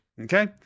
Okay